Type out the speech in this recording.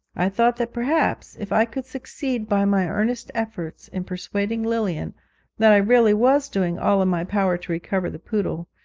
i thought that perhaps if i could succeed by my earnest efforts in persuading lilian that i really was doing all in my power to recover the poodle,